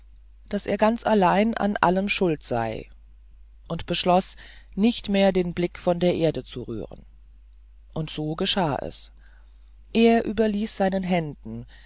daß er ganz allein an allem schuld sei und beschloß nicht mehr den blick von der erde zu rühren und so geschah's er überließ seinen händen